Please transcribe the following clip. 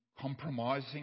compromising